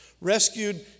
rescued